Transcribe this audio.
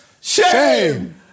Shame